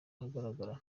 ahagaragara